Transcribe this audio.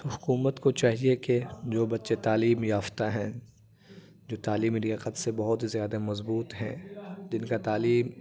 تو حکومت کو چاہیے کہ جو بچے تعلیم یافتہ ہیں جو تعلیمی لیاقت سے بہت زیادہ مضبوط ہیں جن کا تعلیم